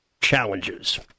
challenges